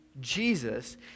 Jesus